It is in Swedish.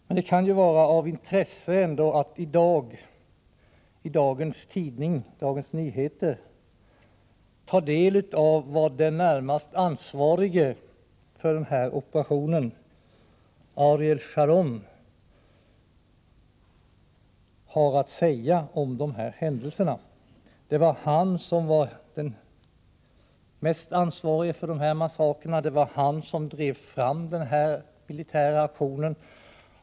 Men det kan ändå vara av intresse att i dagens nummer av Dagens Nyheter ta del av vad den närmast ansvarige för den här operationen, Ariel Sharon, har att säga om händelserna. Det var han som var den mest ansvarige för dessa massakrer. Det var han som drev fram den militära aktionen.